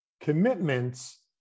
commitments